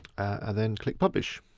and then click publish.